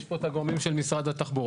יש פה את הגורמים של משרד התחבורה,